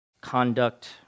conduct